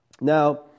Now